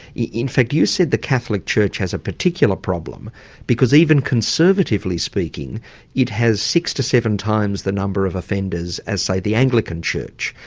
in fact you said the catholic church has a particular problem because even conservatively speaking it has six to seven times the number of offenders as say the anglican church.